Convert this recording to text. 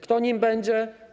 Kto nim będzie?